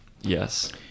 Yes